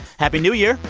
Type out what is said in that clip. happy new year.